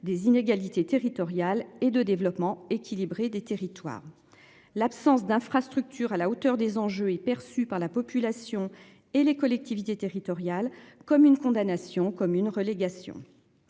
des inégalités territoriales et de développement équilibré des territoires. L'absence d'infrastructures à la hauteur des enjeux est perçue par la population et les collectivités territoriales comme une condamnation comme une relégation.